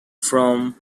from